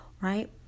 right